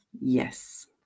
Yes